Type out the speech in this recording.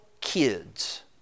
kids